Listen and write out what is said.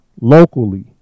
locally